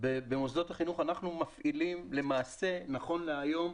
אנחנו מפעילים, למעשה נכון להיום,